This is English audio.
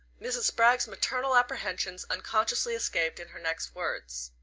mrs. spragg's maternal apprehensions unconsciously escaped in her next words.